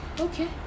Okay